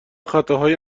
خطاهای